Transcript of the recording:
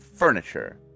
furniture